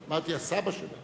אמרתי "הסבא שלה".